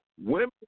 Women